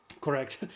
Correct